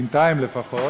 בינתיים לפחות,